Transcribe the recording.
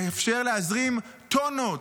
אפשר להזרים טונות,